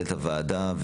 מנהלת הוועדה,